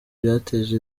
byateje